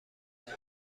دهم